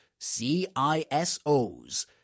CISOs